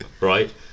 right